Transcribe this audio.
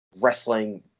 Wrestling